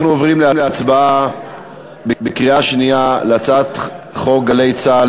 אנחנו עוברים להצבעה בקריאה שנייה על הצעת חוק גלי צה"ל,